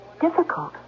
difficult